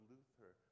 Luther